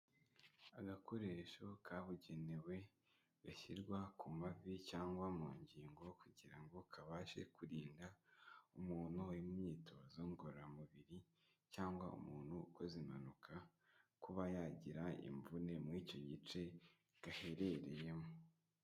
Agakoresho kabugenewe gashyirwa ku mavi cyangwa mu ngingo, kugira ngo kabashe kurinda umuntu imyitozo ngororamubiri, cyangwa umuntu ukoze impanuka, kuba yagira imvune muri icyo gice gaherereyemo.